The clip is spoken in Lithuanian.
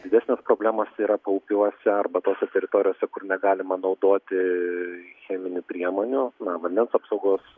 didesnės problemos yra paupiuose arba tose teritorijose kur negalima naudoti cheminių priemonių na vandens apsaugos